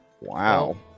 Wow